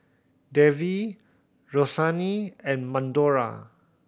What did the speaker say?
Davie Roseanne and Madora